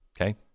okay